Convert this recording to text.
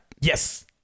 Yes